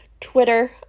Twitter